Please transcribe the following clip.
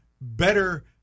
better